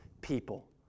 people